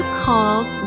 called